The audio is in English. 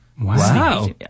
Wow